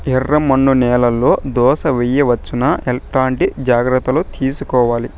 ఎర్రమన్ను నేలలో దోస వేయవచ్చునా? ఎట్లాంటి జాగ్రత్త లు తీసుకోవాలి?